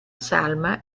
salma